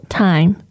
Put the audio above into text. time